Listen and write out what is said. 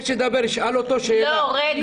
יש זוג